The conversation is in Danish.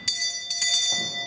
Hvad er det